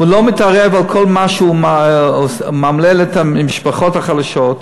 לא מתערב בכך שהוא מאמלל את המשפחות החלשות,